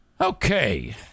Okay